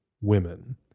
women